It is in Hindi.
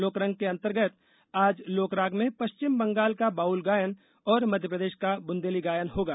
लोकरंग के अंतर्गत आज लोकराग में पश्चिम बंगाल का बाउल गायन और मध्यप्रदेश का बुन्देली गायन होगा